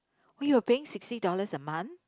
we were paying sixty dollars a month